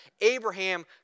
Abraham